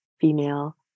female